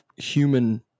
human